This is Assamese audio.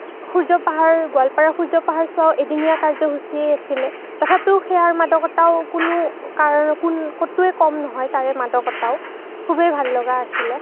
সূৰ্যপাহাৰ গোৱালপাৰাৰ সূৰ্যপাহাৰ চোৱাও এদিনীয়া কাৰ্য্য়সূচীয়ে আছিলে তথাপিও সেয়াৰ মাদকতাও কোনো কাৰণে কোন ক'তোৱে কম নহয় তাৰে মাদকতাও খুবেই ভাললগা আছিলে